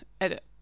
edit